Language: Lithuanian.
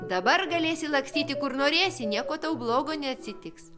dabar galėsi lakstyti kur norėsi nieko tau blogo neatsitiks